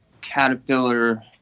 caterpillar